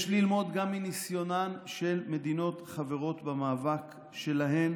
יש ללמוד גם מניסיונן של מדינות חברות במאבק שלהן,